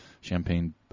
champagne